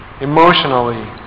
emotionally